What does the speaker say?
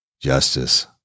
justice